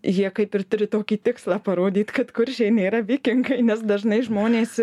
jie kaip ir turi tokį tikslą parodyt kad kuršiai nėra vikingai nes dažnai žmonės